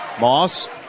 Moss